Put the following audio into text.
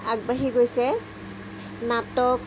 আগবাঢ়ি গৈছে নাটক